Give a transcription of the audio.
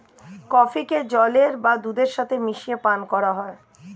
কফিকে জলের বা দুধের সাথে মিশিয়ে পান করা হয়